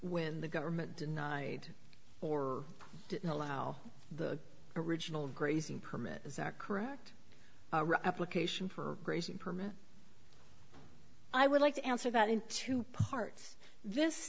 when the government denied or didn't allow the original grazing permit as a correct application for grazing permit i would like to answer that in two parts this